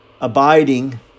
abiding